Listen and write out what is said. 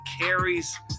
carries